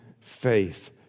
faith